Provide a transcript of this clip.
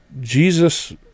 Jesus